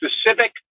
specific